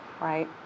right